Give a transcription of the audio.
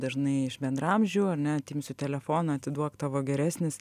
dažnai iš bendraamžių ar ne atimsiu telefoną atiduok tavo geresnis